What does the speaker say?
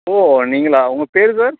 ஓ நீங்களாக உங்கள் பேயரு சார்